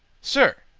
sir,